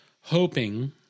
hoping